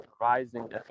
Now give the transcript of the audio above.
rising